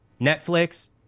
Netflix